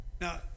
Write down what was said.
Now